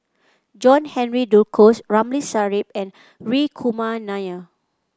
John Henry Duclos Ramli Sarip and Hri Kumar Nair